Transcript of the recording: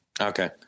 Okay